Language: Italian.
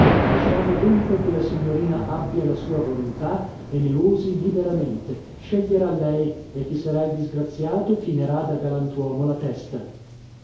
lasciamo dunque che la signorina abbia la sua volontà e ne usi liberamente sceglierà lei e chi sarà il disgraziato chinerà da galantuomo la testa